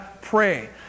pray